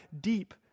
deep